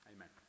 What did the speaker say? Amen